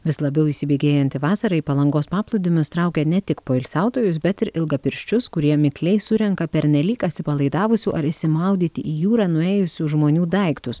vis labiau įsibėgėjanti vasara į palangos paplūdimius traukia ne tik poilsiautojus bet ir ilgapirščius kurie mikliai surenka pernelyg atsipalaidavusių ar išsimaudyti į jūrą nuėjusių žmonių daiktus